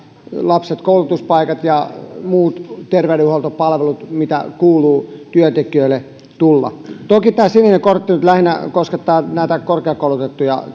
lapset sitten koulutuspaikat ja muut terveydenhuoltopalvelut mitä kuuluu työntekijöille tulla toki tämä sininen kortti nyt lähinnä koskettaa näitä korkeakoulutettuja